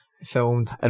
filmed